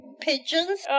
pigeons